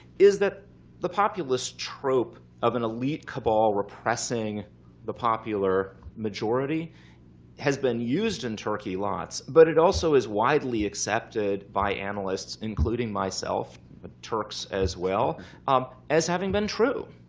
is that the populist trope of an elite cabal repressing the popular majority has been used in turkey lots. but it also is widely accepted by analysts, including myself ah turks as well um as having been true.